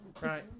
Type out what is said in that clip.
Right